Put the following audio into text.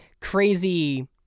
crazy